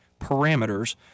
parameters